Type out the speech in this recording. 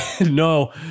no